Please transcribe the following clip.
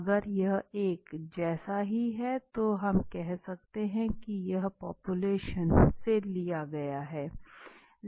अगर यह एक जैसा ही है तो हम कह सकते है की यह पापुलेशन से लिया गया है